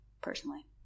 personally